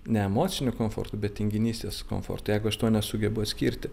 ne emociniu komfortu bet tinginystės komfortu jeigu aš to nesugebu atskirti